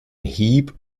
hieb